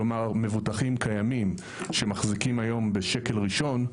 כלומר מבוטחים קיימים שמחזיקים היום בשקל ראשון,